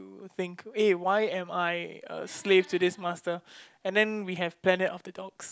think eh why am I a slave to this master and then we have planet of the dogs